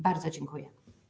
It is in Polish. Bardzo dziękuję.